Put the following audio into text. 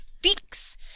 fix